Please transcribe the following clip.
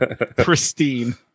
pristine